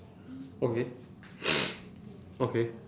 okay okay